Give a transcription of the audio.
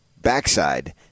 backside